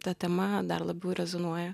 ta tema dar labiau rezonuoja